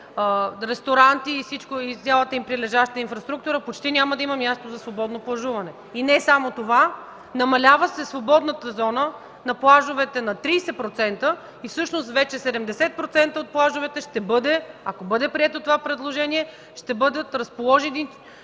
ресторанти и цялата им прилежаща инфраструктура почти няма да има място за свободно плажуване. Не само това, намалява се свободната зона на плажовете на 30% и всъщност вече на 70% от плажовете, ако бъде прието това предложение, ще бъдат разположени